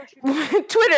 Twitter